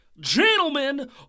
Gentlemen